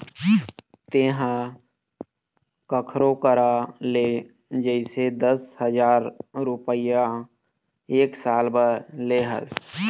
तेंहा कखरो करा ले जइसे दस हजार रुपइया एक साल बर ले हस